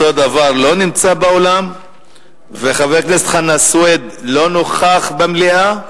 אותו דבר, חבר הכנסת חנא סוייד, לא נוכח במליאה,